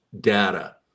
data